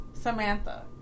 Samantha